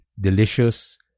Delicious